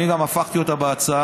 אני גם הפכתי אותה בהצעה,